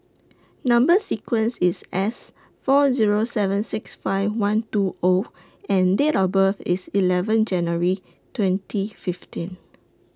Number sequence IS S four Zero seven six five one two O and Date of birth IS eleven January twenty fifteen